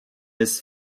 his